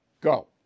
go